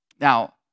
Now